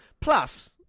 Plus